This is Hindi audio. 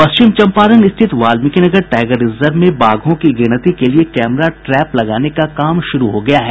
पश्चिम चम्पारण स्थित वाल्मिकीनगर टाइगर रिजर्व में बाघों की गिनती के लिए कैमरा ट्रैप लगाने का काम शुरू हो गया है